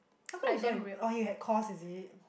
how come he so an~ oh he had course is it